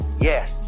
yes